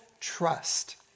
trust